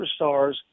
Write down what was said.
superstars